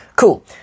Cool